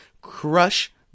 crush